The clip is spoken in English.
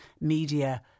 media